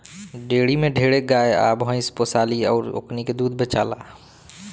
dairy में ढेरे गाय आ भइस पोसाली अउर ओकनी के दूध बेचाला